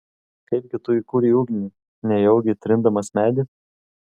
kaipgi tu įkūrei ugnį nejaugi trindamas medį